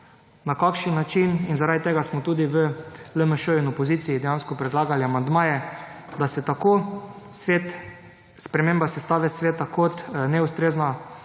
na kakšen način. In zaradi tega smo tudi v LMŠ in opoziciji dejansko predlagali amandmaje, da se tako svet, sprememba sestave sveta kot neustrezna